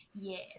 yes